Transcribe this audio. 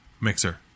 Mixer